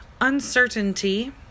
Uncertainty